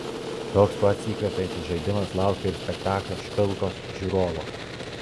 toks pats įkvepiantis žaidimas laukia ir spektaklio špilkos žiūrovo